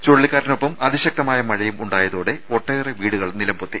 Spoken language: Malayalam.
ചുഴലിക്കാറ്റിനൊപ്പം അതിശക്തമായ മഴയും ഉണ്ടായതോടെ ഒട്ടേറെ നിലംപൊത്തി